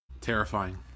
terrifying